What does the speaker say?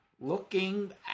looking